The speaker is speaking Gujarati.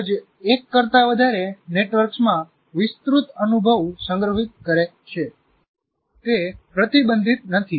મગજ એક કરતા વધારે નેટવર્કમાં વિસ્તૃત અનુભવ સંગ્રહિત કરે છે તે પ્રતિબંધિત નથી